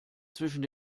zwischen